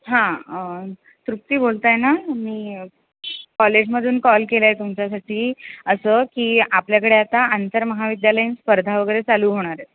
हां तृप्ती बोलताय ना मी कॉलेजमधून कॉल केला आहे तुमच्यासाठी असं की आपल्याकडे आता आंतरमहाविद्यालयाीन स्पर्धा वगैरे चालू होणार आहेत